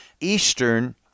Eastern